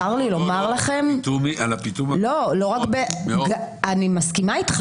אני מסכימה,